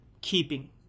keeping